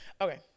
Okay